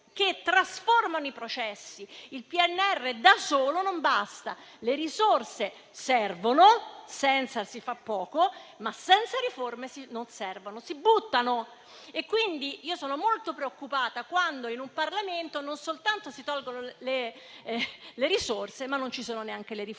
che trasformano i processi, non basta. Le risorse servono, senza si fa poco; ma, senza riforme, non servono. Si buttano. Quindi, io sono molto preoccupata quando in Parlamento non soltanto si tolgono le risorse, ma non ci sono neanche le riforme.